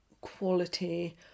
quality